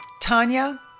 Tanya